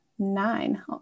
nine